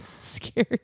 scary